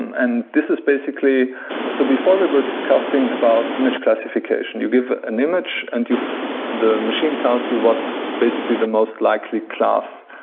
and this is basically so before we were discussing about image classification, you give an image and and the machine tells you what's basically the most likely class,